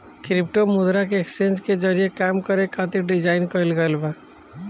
crypto मुद्रा के exchange के जरिए काम करे खातिर डिजाइन कईल गईल बा